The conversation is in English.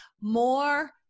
more